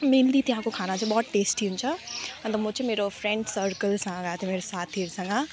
mainly त्यहाँको खाना चाहिँ बहुत टेस्टी हुन्छ अन्त म चाहिँ मेरो फ्रेन्ड्स सर्कलसँग गएको थियो मेरो साथीहरूसँग